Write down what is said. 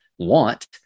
want